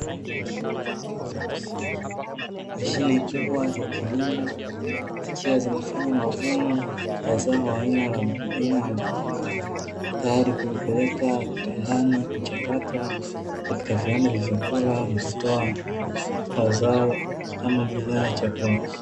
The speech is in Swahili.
Mashine kubwa za kilimo, zikiwa zinafanya mavuno ya zao aina ya mpunga, tayari kulipeleka kiwandani kuchakatwa, katika viwanda vya vyakula na kutoa mazao ama bidhaa ya chakula.